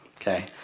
okay